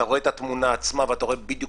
אתה רואה את התמונה עצמה ואתה רואה בדיוק